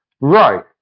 Right